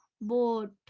boat